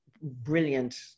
brilliant